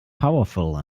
powerful